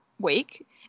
week